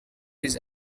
his